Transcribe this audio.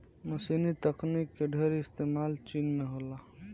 मशीनी तकनीक के ढेर इस्तेमाल चीन में होला